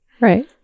Right